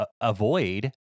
avoid